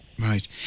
Right